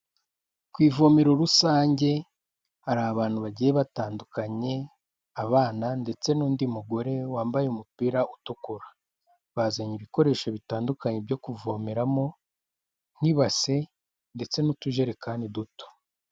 Ku ivomero rusange hari abantu bagiye batandukanye, abana ndetse n'undi mugore wambaye umupira utukura, bazanye ibikoresho bitandukanye byo kuvomeramo nk'ibase ndetse n'utujerekani duto.